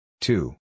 Two